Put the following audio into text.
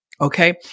Okay